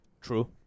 True